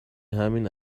همین